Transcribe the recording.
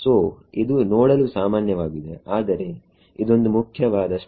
so ಇದು ನೋಡಲು ಸಾಮಾನ್ಯವಾಗಿದೆ ಆದರೆ ಇದೊಂದು ಮುಖ್ಯವಾದ ಸ್ಟೆಪ್